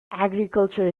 agriculture